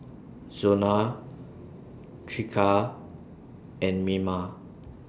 Zona Tricia and Mima